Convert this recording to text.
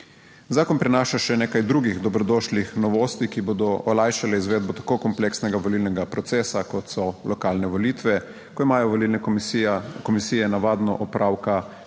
Zakon prinaša še nekaj drugih dobrodošlih novosti, ki bodo olajšale izvedbo tako kompleksnega volilnega procesa, kot so lokalne volitve, ko imajo volilne komisije navadno opravka